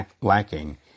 lacking